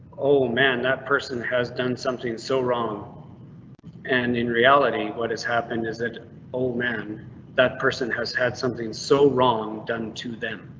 oh man, that person has done something so wrong and in reality what has happened is that old man that person has had something so wrong done to them.